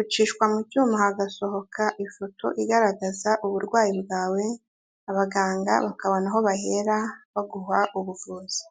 ucishwa mu cyuma hagasohoka ifoto igaragaza uburwayi bwawe, abaganga bakabona aho bahera baguha ubuvuzi.